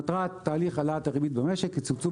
מטרת תהליך העלאת הריבית במשק היא צמצום